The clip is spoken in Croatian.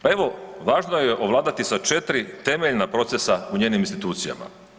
Pa evo važno je ovladati sa 4 temeljna procesa u njenim institucijama.